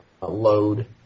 load